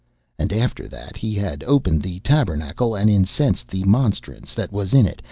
and after that he had opened the tabernacle, and incensed the monstrance that was in it,